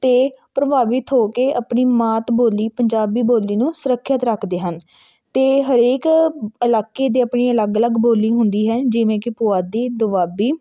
ਅਤੇ ਪ੍ਰਭਾਵਿਤ ਹੋ ਕੇ ਆਪਣੀ ਮਾਤ ਬੋਲੀ ਪੰਜਾਬੀ ਬੋਲੀ ਨੂੰ ਸੁਰੱਖਿਅਤ ਰੱਖਦੇ ਹਨ ਅਤੇ ਹਰੇਕ ਇਲਾਕੇ ਦੀ ਆਪਣੀ ਅਲੱਗ ਅਲੱਗ ਬੋਲੀ ਹੁੰਦੀ ਹੈ ਜਿਵੇਂ ਕਿ ਪੁਆਧੀ ਦੁਆਬੀ